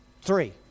three